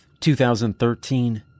2013